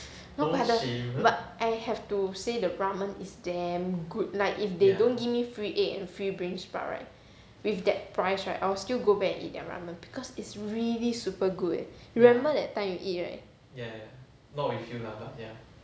no but the I have to say the ramen is damn good like if they don't give me free egg and free bean sprouts about right with that price right I'll still go back eat their ramen because it's really super good eh remember that time you eat right